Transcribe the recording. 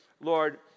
Lord